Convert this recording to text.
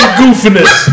goofiness